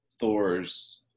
Thor's